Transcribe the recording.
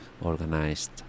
Organized